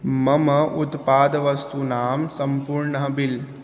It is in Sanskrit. मम उत्पादवस्तूनां सम्पूर्णः बिल